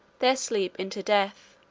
their sleep into death